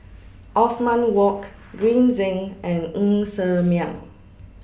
Othman Wok Green Zeng and Ng Ser Miang